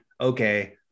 okay